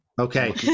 Okay